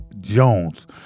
Jones